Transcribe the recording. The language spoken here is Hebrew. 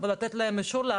וזה מובן מאליו מדוע,